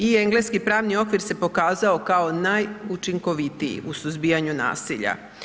I engleski pravni okvir se pokazao kao najučinkovitiji u suzbijanju nasilja.